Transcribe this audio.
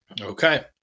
Okay